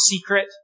secret